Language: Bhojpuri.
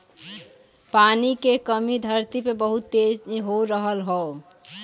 पानी के कमी धरती पे बहुत तेज हो रहल हौ